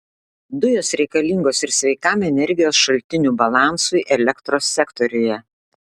dujos reikalingos ir sveikam energijos šaltinių balansui elektros sektoriuje